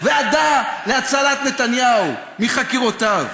ועדה להצלת נתניהו מחקירותיו.